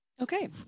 Okay